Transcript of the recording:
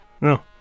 No